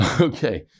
okay